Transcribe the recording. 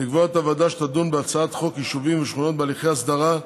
לקבוע את הוועדה שתדון בהצעת חוק יישובים ושכונות בהליכי הסדרה,